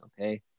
okay